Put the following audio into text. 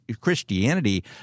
Christianity